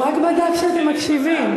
הוא רק בדק שאתם מקשיבים.